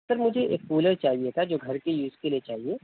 سر مجھے ایک کولر چاہیے تھا جو گھر کے یوز کے لیے چاہیے